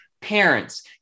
Parents